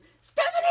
Stephanie